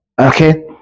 Okay